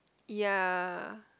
ya